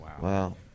wow